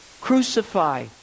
Crucify